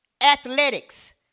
athletics